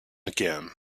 again